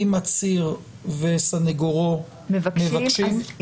אם עציר וסנגורו מבקשים?